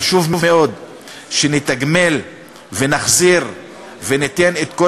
חשוב מאוד שנתגמל ונחזיר וניתן את כל